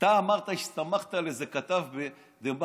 אתה אמרת, הסתמכת על איזה כתב בדה-מרקר,